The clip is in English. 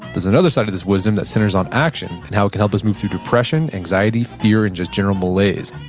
there's another side to this wisdom that centers on action and how it can help us move through depression, anxiety, fear, and just general malaise.